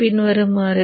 பின்வருமாறு